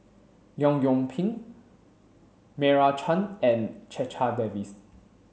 Leong Yoon Pin Meira Chand and Checha Davies